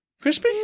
Crispy